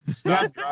Stop